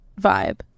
vibe